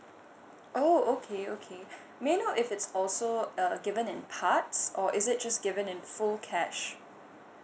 oh okay okay may I know if it's also err given in parts or is it just given in full cash